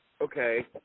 Okay